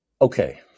Okay